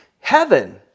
heaven